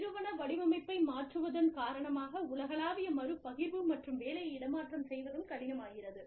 நிறுவன வடிவமைப்பை மாற்றுவதன் காரணமாக உலகளாவிய மறுபகிர்வு மற்றும் வேலையை இடமாற்றம் செய்வதும் கடினமாகிறது